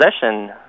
possession